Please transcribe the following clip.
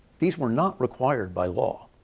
these were not required by law.